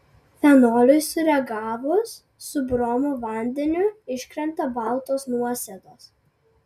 fenoliui sureagavus su bromo vandeniu iškrenta baltos nuosėdos